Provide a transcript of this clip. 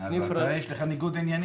אז אתה, יש לך ניגוד עניינים.